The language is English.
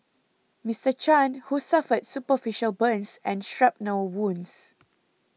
Mister Chan who suffered superficial burns and shrapnel wounds